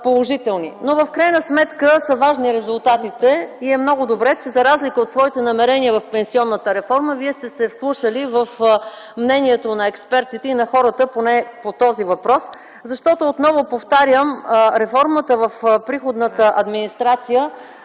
В крайна сметка са важни резултатите и е много добре, че за разлика от своите намерения в пенсионната реформа, Вие сте се вслушали в мненията на експертите и на хората поне по този въпрос, защото, отново повтарям, че реформата в приходната администрация